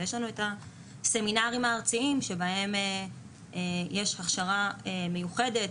יש הסמינרים הארציים שבהם יש הכשרה מיוחדת,